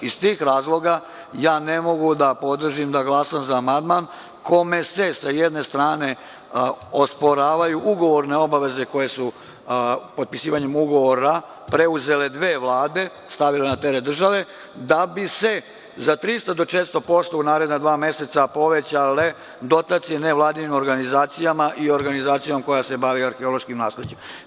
Iz tih razloga ne mogu da podržim i da glasam za amandman kome se, sa jedne strane osporavaju ugovorne obaveze koje su potpisivanjem ugovora preuzele dve vlade i stavile na teret države da bi se za 300 do 400% u naredna dva meseca povećale dotacije nevladinim organizacijama i organizaciji koja se bavi arheološkim nasleđem.